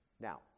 Now